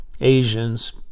Asians